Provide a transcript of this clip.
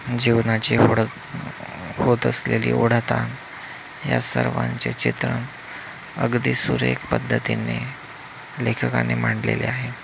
जीवनाची होड होत असलेली ओढाताण या सर्वांचे चित्रण अगदी सुरेख पद्धतीने लेखकाने मांडलेले आहे